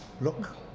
look